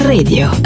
Radio